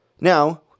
now